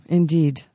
indeed